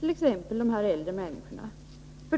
t.ex. de äldre människorna.